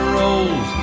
rolls